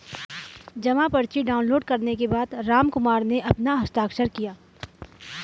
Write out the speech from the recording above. जमा पर्ची डाउनलोड करने के बाद रामकुमार ने अपना हस्ताक्षर किया